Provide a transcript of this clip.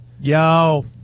Yo